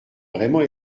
vraiment